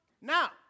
Now